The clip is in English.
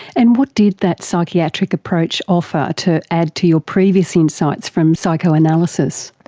and what did that psychiatric approach offer to add to your previous insights from psychoanalysis?